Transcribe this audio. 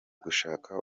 gushaka